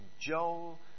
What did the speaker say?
Joel